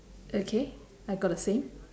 okay I got the same